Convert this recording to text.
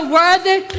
worthy